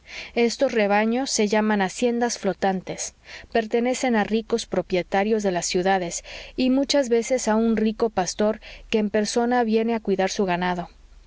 estos rebaños se llaman haciendas flotantes pertenecen a ricos propietarios de las ciudades y muchas veces a un rico pastor que en persona viene a cuidar su ganado